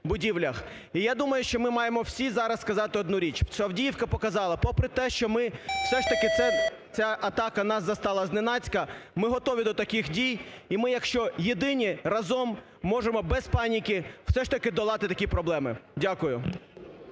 І, я думаю, що ми маємо всі зараз сказати одну річ, що Авдіївка показала, попри те, що ми все ж таки ця атака нас застала зненацька, ми готові до таких дій і ми, якщо єдині, разом можемо без паніки все ж таки долати такі проблеми. Дякую.